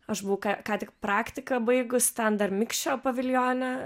aš buvau ką tik praktiką baigus ten dar mikšio paviljone